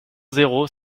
zéro